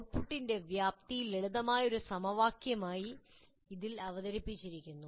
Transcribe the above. ഔട്ട്പുട്ടിന്റെ വ്യാപ്തി ലളിതമായ ഒരു സമവാക്യമായി ഇതിൽ അവതരിപ്പിച്ചിരിക്കുന്നു